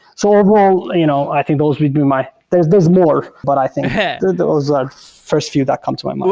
so overall, you know i think those would be my there's there's more, but i think those are first few that come to my mind.